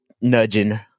nudging